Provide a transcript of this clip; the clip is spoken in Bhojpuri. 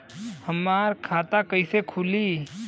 हमार खाता कईसे खुली?